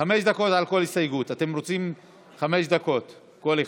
חמש דקות לכל הסתייגות, חמש דקות כל אחד.